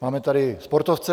Máme tady sportovce.